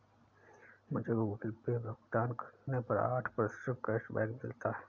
मुझे Google Pay भुगतान करने पर आठ प्रतिशत कैशबैक मिला है